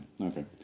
okay